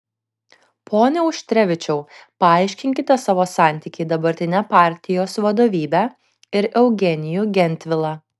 pone auštrevičiau paaiškinkite savo santykį į dabartinę partijos vadovybę ir eugenijų gentvilą